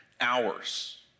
hours